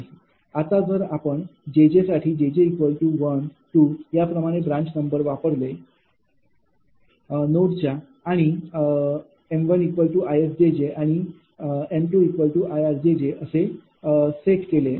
आता जरआपण jj साठी jj 1 2 याप्रमाणे ब्रांच नंबर वापरले नोडच्या आणि m1𝐼𝑆𝑗𝑗 and m2𝐼𝑅𝑗𝑗 असे सेट केल्यास